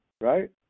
Right